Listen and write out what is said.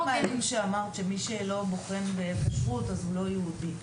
נעים שאמרת שמי שלא בוחן בכשרות אז הוא לא יהודי.